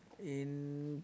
in